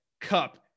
Cup